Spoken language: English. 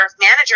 manager